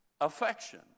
affection